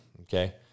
okay